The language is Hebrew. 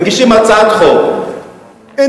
מגישים הצעת חוק אינדיבידואלית,